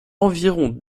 environ